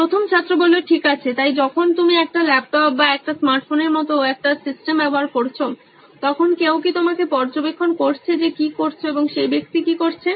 প্রথম ছাত্র ঠিক আছে তাই যখন তুমি একটি ল্যাপটপ বা একটি স্মার্ট ফোনের মত একটি সিস্টেম ব্যবহার করছো তখন কেউ কি তোমাকে পর্যবেক্ষণ করছে যে কি করছো এবং সেই ব্যক্তি কি করছে